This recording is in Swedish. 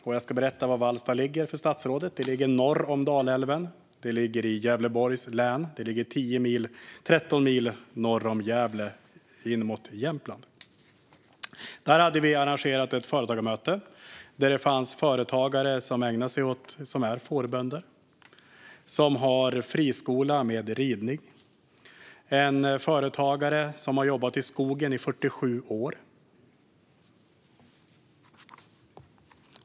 Jag ska berätta för statsrådet var Vallsta ligger. Det ligger norr om Dalälven, i Gävleborgs län, 13 mil norr om Gävle in mot Jämtland. Där hade vi arrangerat ett företagarmöte. Vi mötte företagare som är fårbönder eller har friskola med ridning. Vi mötte en företagare som har jobbat i skogen i 47 år.